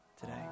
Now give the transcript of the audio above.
today